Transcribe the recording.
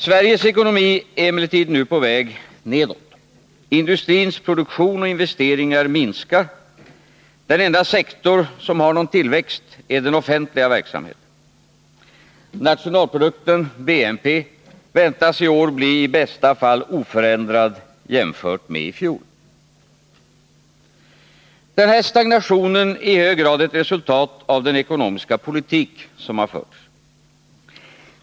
Sveriges ekonomi är emellertid nu på väg nedåt. Industrins produktion och 23 investeringar minskar. Den enda sektor i vår ekonomi som har någon tillväxt är den offentliga verksamheten. Nationalprodukten, BNP, väntas i år bli i bästa fall oförändrad jämfört med i fjol. Denna stagnation är i hög grad ett resultat av den ekonomiska politik som förts.